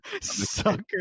sucker